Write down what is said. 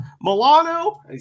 Milano